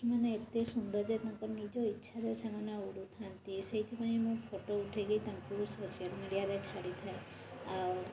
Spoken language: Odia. ପକ୍ଷୀମାନେ ଏତେ ସୁନ୍ଦର ଯେ ତାଙ୍କ ନିଜ ଇଚ୍ଛାରେ ସେମାନେ ଉଡ଼ୁଥାନ୍ତି ସେଇଥିପାଇଁ ମୁଁ ଫଟୋ ଉଠାଇକି ତାଙ୍କୁ ସୋସିଆଲ୍ ମିଡ଼ିଆରେ ଛାଡ଼ିଥାଏ ଆଉ